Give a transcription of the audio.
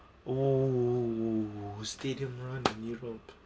oh stadium run europe